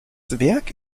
werk